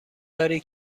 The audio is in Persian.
داری